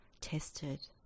tested